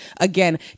again